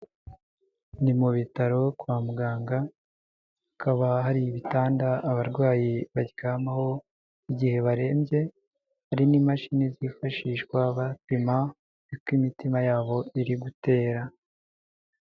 Ni mu bitaro kwa muganga, hakaba hari ibitanda abarwayi baryamaho igihe barembye, hari n'imashini zifashishwa bapima uko imitima yabo iri gutera.